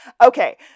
Okay